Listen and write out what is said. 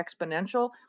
exponential